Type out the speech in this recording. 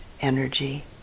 energy